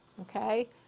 Okay